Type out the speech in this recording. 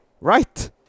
right